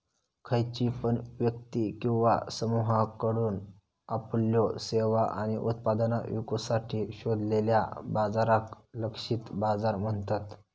खयची पण व्यक्ती किंवा समुहाकडुन आपल्यो सेवा आणि उत्पादना विकुसाठी शोधलेल्या बाजाराक लक्षित बाजार म्हणतत